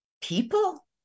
people